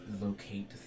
locate